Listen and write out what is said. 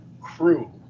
crew